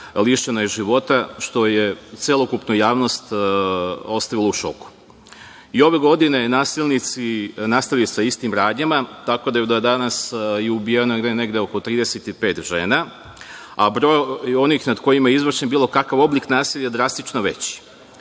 lišeno je života, što je celokupnu javnost ostavilo u šoku. Ove godine nasilnici su nastavili sa istim radnjama, tako da je do danas ubijeno negde oko 35 žena, a broj onih nad kojima je izvršen bilo kakav oblik nasilja drastično je veći.